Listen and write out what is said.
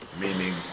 meaning